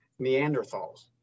Neanderthals